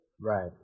Right